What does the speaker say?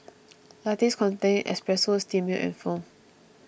lattes contain espresso steamed milk and foam